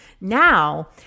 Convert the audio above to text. Now